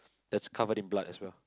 that's covered in blood as well